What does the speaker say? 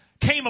came